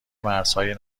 مرزهای